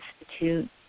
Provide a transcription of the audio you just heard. Institute